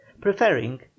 preferring